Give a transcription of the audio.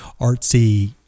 artsy